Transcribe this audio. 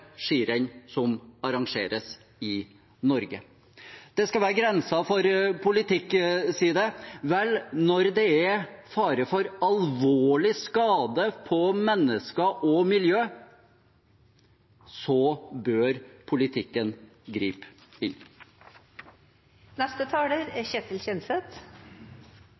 som arrangeres i Norge. Det skal være grenser for politikk, sies det. – Vel, når det er fare for alvorlig skade på mennesker og miljø, bør politikken gripe